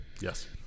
Yes